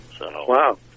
Wow